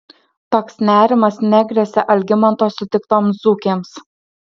toks nerimas negresia algimanto sutiktoms dzūkėms